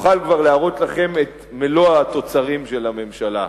נוכל להראות לכם את מלוא התוצרים של הממשלה.